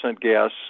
gas